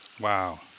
Wow